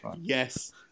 Yes